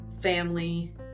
family